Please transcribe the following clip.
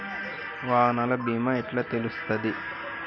వాహనాల బీమా ఎట్ల తెలుస్తది?